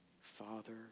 father